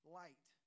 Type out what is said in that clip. light